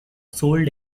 sold